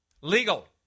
legal